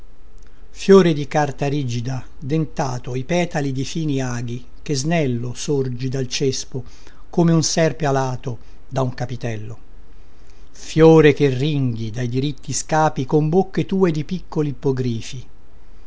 fiore di carta rigida dentato petali di fini aghi che snello sorgi dal cespo come un serpe alato da un capitello fiore che ringhi dai diritti scapi con bocche tue di piccoli ippogrifi